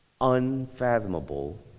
unfathomable